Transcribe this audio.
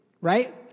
right